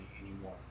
anymore